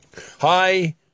hi